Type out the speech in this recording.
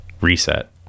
reset